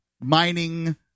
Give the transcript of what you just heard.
mining